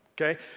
Okay